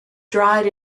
dried